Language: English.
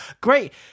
great